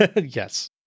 Yes